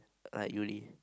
uh uni